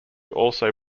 also